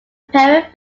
parent